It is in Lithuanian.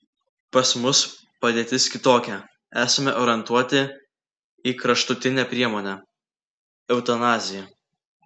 pas mus padėtis kitokia esame orientuoti į kraštutinę priemonę eutanaziją